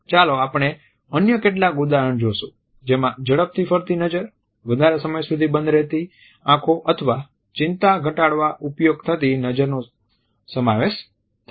ચાલો આપણે અન્ય કેટલાક ઉદાહરણ જોશું જેમાં ઝડપથી ફરતી નજર વધારે સમય સુધી બંધ રહેતી આંખો અથવા ચિંતા ઘટાડવા ઉપયોગ થતી નજરનો સમાવેશ થાય છે